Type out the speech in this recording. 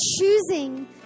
choosing